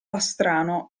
pastrano